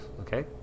okay